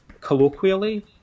Colloquially